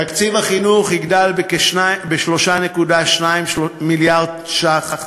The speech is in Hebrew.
תקציב החינוך יגדל בכ-3.2 מיליארד שקלים,